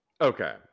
okay